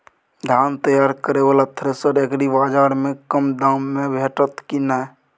धान तैयार करय वाला थ्रेसर एग्रीबाजार में कम दाम में भेटत की नय?